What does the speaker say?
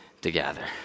together